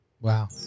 Wow